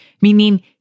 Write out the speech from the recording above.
meaning